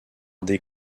des